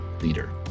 leader